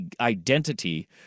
identity